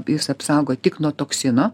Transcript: jis apsaugo tik nuo toksino